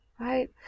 right